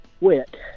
Wet